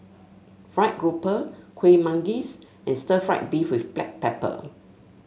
fried grouper Kueh Manggis and stir fry beef with Black Pepper